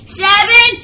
seven